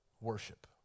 Worship